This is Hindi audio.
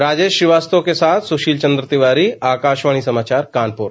राजेश श्रीवास्तव के साथ सुशील चंद्र तिवारी आकाशवाणी समाचार कानपुर